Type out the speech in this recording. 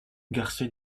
garcia